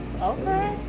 Okay